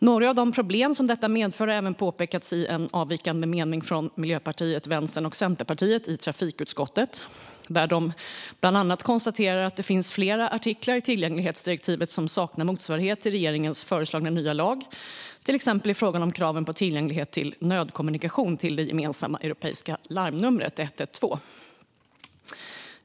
Några av de problem som detta medför har även påpekats i en avvikande mening från Miljöpartiet, Vänsterpartiet och Centerpartiet i trafikutskottet, där det bland annat konstateras att det finns flera artiklar i tillgänglighetsdirektivet som saknar motsvarighet i regeringens föreslagna nya lag, till exempel i fråga om kraven på tillgänglighet till nödkommunikation till det gemensamma europeiska larmnumret 112.